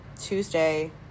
Tuesday